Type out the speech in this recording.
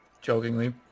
jokingly